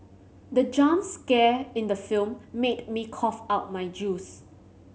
the jump scare in the film made me cough out my juice